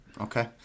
Okay